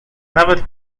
nawet